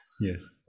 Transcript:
Yes